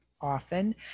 often